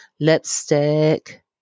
lipstick